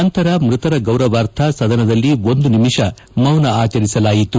ನಂತರ ಮೃತರ ಗೌರವಾರ್ಥ ಸದನದಲ್ಲಿ ಒಂದು ನಿಮಿಷ ಮೌನಾಚರಿಸಲಾಯಿತು